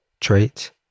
traits